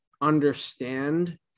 understand